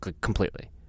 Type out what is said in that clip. completely